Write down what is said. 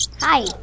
Hi